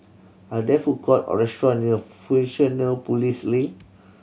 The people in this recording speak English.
are there food court or restaurant near Fusionopolis Link